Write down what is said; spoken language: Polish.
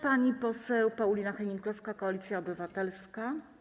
Pani poseł Paulina Hennig-Kloska, Koalicja Obywatelska.